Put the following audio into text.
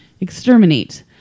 exterminate